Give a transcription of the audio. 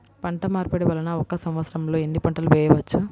పంటమార్పిడి వలన ఒక్క సంవత్సరంలో ఎన్ని పంటలు వేయవచ్చు?